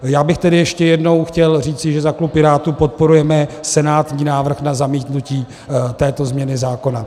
Já bych tedy ještě jednou chtěl říci, že za klub Pirátů podporujeme senátní návrh na zamítnutí této změny zákona.